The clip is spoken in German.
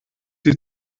die